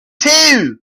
too